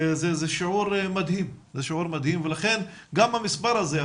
זה שיעור מדהים ולכן גם המספר הזה,